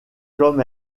comme